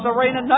Arena